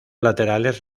laterales